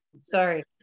Sorry